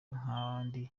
nk’abandi